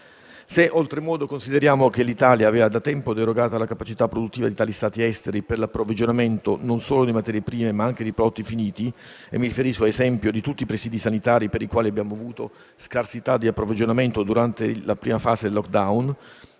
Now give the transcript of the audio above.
Se, oltretutto, consideriamo che l'Italia aveva da tempo delegata la capacità produttiva a tali Stati esteri per l'approvvigionamento, non solo di materie prime, ma anche di prodotti finiti (mi riferisco, ad esempio, a tutti i presidi sanitari per i quali abbiamo avuto scarsità di approvvigionamento durante la prima fase del *lockdown*)